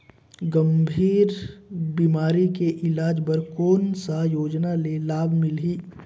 गंभीर बीमारी के इलाज बर कौन सा योजना ले लाभ मिलही?